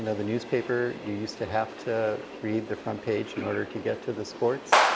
and the newspaper, you used to have to read the front page in order to get to the sports.